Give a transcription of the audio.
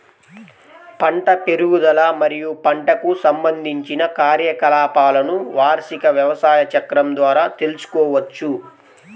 పంట పెరుగుదల మరియు పంటకు సంబంధించిన కార్యకలాపాలను వార్షిక వ్యవసాయ చక్రం ద్వారా తెల్సుకోవచ్చు